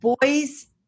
boys